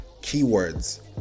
keywords